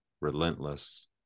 relentless